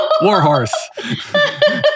Warhorse